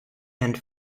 and